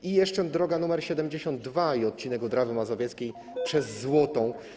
I jeszcze droga nr 72, odcinek od Rawy Mazowieckiej przez Złotą.